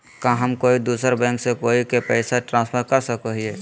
का हम कोई दूसर बैंक से कोई के पैसे ट्रांसफर कर सको हियै?